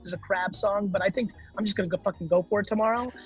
there's a crab song, but i think i'm just gonna go fucking go for it tomorrow,